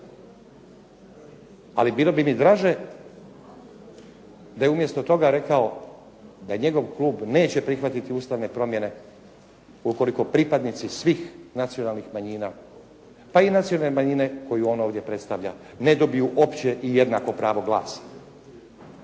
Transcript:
Ali bilo bi mi draže da je umjesto toga rekao da njegov klub neće prihvatiti ustavne promjene ukoliko pripadnici svih nacionalnih manjina, pa i nacionalne manjine koju on ovdje predstavlja ne dobiju opće i jednako pravo glasa